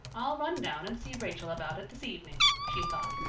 i'll run down and see rachel about it this evening, she thought.